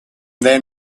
then